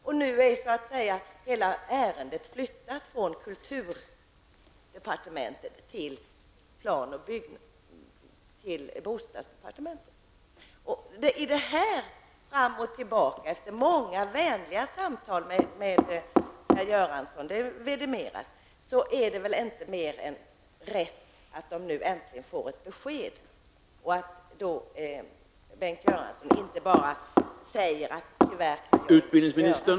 Och nu är hela ärendet flyttat från kulturdepartementet till bostadsdepartementet. Efter att ärendet har gått fram och tillbaka på detta sätt -- och efter många vänliga samtal med Göransson, det vidimeras -- är det väl inte mer än rätt att de äntligen får ett besked i stället för att Bengt Göransson bara säger att han tyvärr inte kan göra någonting.